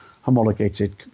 homologated